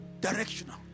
directional